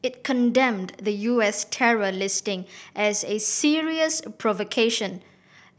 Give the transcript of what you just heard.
it condemned the U S terror listing as a serious provocation